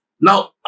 Now